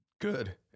good